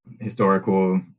historical